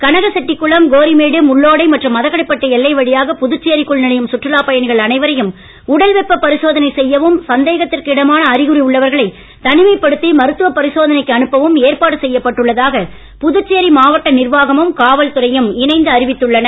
கனகசெட்டிக் குளம் கோரிமேடு முள்ளோடை மற்றும் மதகடிப்பட்டு எல்லை வழியாக புதுச்சேரிக்குள் நுழையும் சுற்றுலாப் பயணிகள் அனைவரையும் உடல் வெப்ப பரிசோதனை செய்யவும் சந்தேகத்திற்கு இடமான அறிகுறி உள்ளவர்களை தனிமைப் படுத்தி மருத்துவ பரிசோதனைக்கு அனுப்பவும் ஏற்பாடு செய்யப்பட்டுள்ளதாக புதுச்சேரி மாவட்ட நிர்வாகமும் காவல்துறையும் இணைந்து அறிவித்துள்ளன